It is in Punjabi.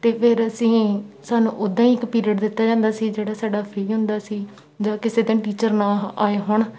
ਅਤੇ ਫਿਰ ਅਸੀਂ ਸਾਨੂੰ ਉੱਦਾਂ ਹੀ ਇੱਕ ਪੀਰੀਅਡ ਦਿੱਤਾ ਜਾਂਦਾ ਸੀ ਜਿਹੜਾ ਸਾਡਾ ਫਰੀ ਹੁੰਦਾ ਸੀ ਜਾਂ ਕਿਸੇ ਦਿਨ ਟੀਚਰ ਨਾ ਹ ਆਏ ਹੋਣ